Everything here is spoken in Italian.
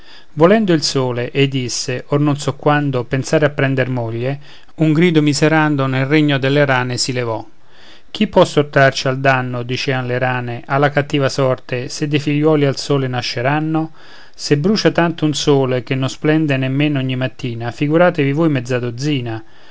volendo il sole ei disse or non so quando pensare a prender moglie un grido miserando nel regno delle rane si levò chi può sottrarci al danno dicean le rane alla cattiva sorte se de figlioli al sole nasceranno se brucia tanto un sole che non splende nemmeno ogni mattina figuratevi voi mezza dozzina